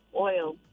Oil